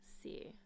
see